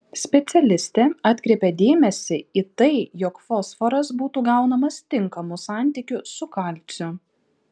specialistė atkreipia dėmesį į tai jog fosforas būtų gaunamas tinkamu santykiu su kalciu